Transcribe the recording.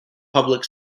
public